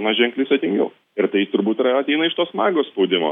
na ženkliai sudėtingiau ir tai turbūt ir ateina iš tos magos spaudimo